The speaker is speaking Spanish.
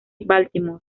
baltimore